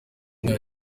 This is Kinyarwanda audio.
umwe